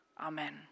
Amen